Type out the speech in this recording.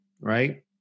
right